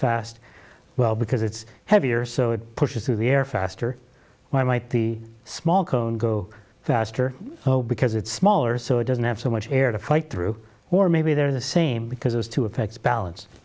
fast well because it's heavier so it pushes through the air faster why might the small cone go faster oh because it's smaller so it doesn't have so much air to fight through or maybe they're the same because there's two effects balance